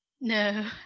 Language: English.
No